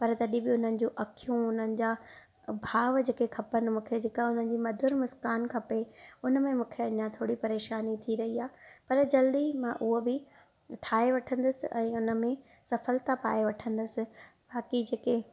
पर तॾहिं बि उन्हनि जी अखियूं उन्हनि जा भाव जेके खपनि मूंखे जेका उन्हनि जे मधुर मुस्कानु खपे उनमें अञा मूंखे थोरी परेशानी थी रही आहे पर जल्दी मां हूअ बि ठाहे वठंदसि ऐं उनमें सफलता पाए वठंदसि बाक़ी जेके